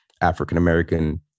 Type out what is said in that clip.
African-American